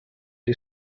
die